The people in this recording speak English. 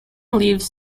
lives